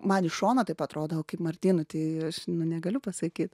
man iš šono taip atrodo o kaip martynui tai aš negaliu pasakyt